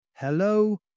Hello